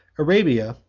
arabia,